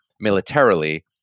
militarily